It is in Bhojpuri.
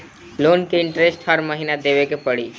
लोन के इन्टरेस्ट हर महीना देवे के पड़ी?